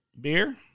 Beer